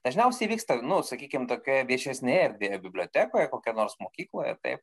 dažniausiai vyksta nu sakykim tokioje viešesnėje erdvėje bibliotekoje kokia nors mokykloje taip